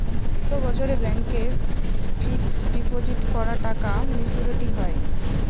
কত বছরে ব্যাংক এ ফিক্সড ডিপোজিট করা টাকা মেচুউরিটি হয়?